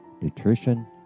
nutrition